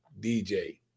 DJ